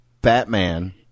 Batman